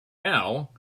now